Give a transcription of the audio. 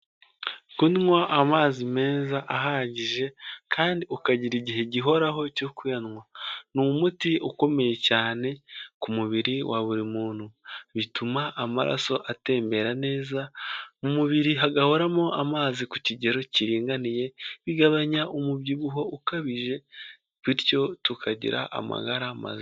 Kunywa amazi meza ahagije kandi ukagira igihe gihoraho cyo kuyanywa, ni umuti ukomeye cyane ku mubiri wa buri muntu, bituma amaraso atembera neza, mu mubiri hagahoramo amazi ku kigero kiringaniye, bigabanya umubyibuho ukabije, bityo tukagira amagara mazima.